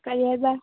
ꯀꯔꯤ ꯍꯥꯏꯕ